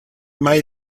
may